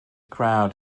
crowd